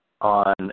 on